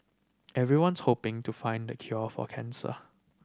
everyone's hoping to find the cure for cancer